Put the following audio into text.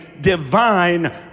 divine